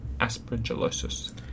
aspergillosis